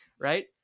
right